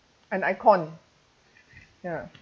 an icon ya